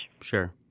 Sure